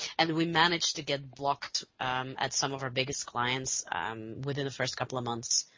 and we managed to get blocked at some of our biggest clients within the first couple of months.